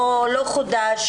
לא חודש,